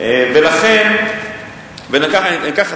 אם כך,